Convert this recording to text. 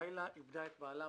לילה איבדה את בעלה,